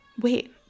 wait